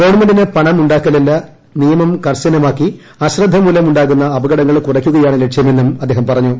ഗവൺമെന്റിനു പണ്ടക് ഉണ്ടാക്കലല്ല നിയമം കർശനമാക്കി അശ്രദ്ധമൂലമുണ്ടാകുന്ന അപകടങ്ങൾ ്ട്കുറയ്ക്കുകയാണ് ലക്ഷ്യമെന്നും അദ്ദേഹം പറഞ്ഞു